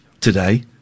today